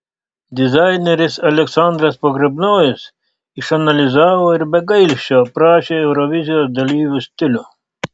dizaineris aleksandras pogrebnojus išanalizavo ir be gailesčio aprašė eurovizijos dalyvių stilių